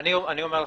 אני אומר לכם.